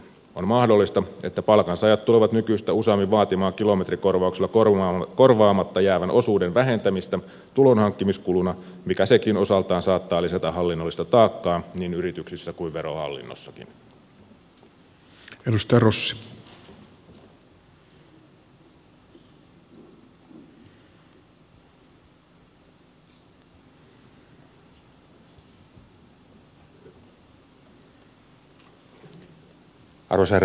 on mahdollista että palkansaajat tulevat nykyistä useammin vaatimaan kilometrikorvauksella korvaamatta jäävän osuuden vähentämistä tulonhankkimiskuluna mikä sekin osaltaan saattaa lisätä hallinnollista taakkaa niin yrityksissä kuin verohallinnossakin